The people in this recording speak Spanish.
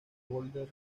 golders